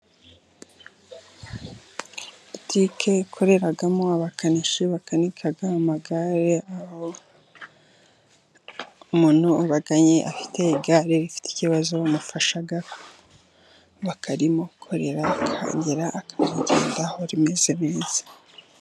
Butike yakoreramo abakanishi bakanika amagare, aho umuntu ubagannye afite igare rifite ikibazo bamufasha bakarimukorera akongera akarigendaho rimeze neza.